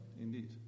indeed